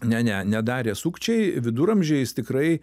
ne ne nedarė sukčiai viduramžiais tikrai